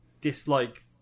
dislike